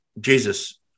Jesus